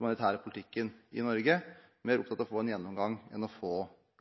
humanitære politikken i Norge, de er mer opptatt av å få en gjennomgang enn av å få